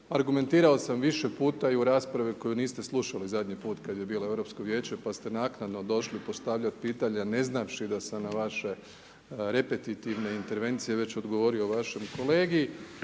argumentirao sam više puta i u raspravi koju niste slušali zadnji put kada je bilo Europsko vijeće pa ste naknadno došli postavljati pitanja ne znavši da sam na vaše repetitivne intervencije već odgovorio vašem kolegi,